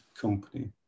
company